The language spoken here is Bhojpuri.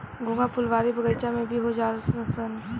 घोंघा फुलवारी बगइचा में भी हो जालनसन